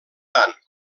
tant